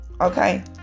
okay